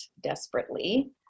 desperately